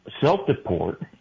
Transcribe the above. self-deport